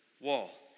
wall